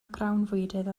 grawnfwydydd